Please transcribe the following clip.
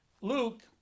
Luke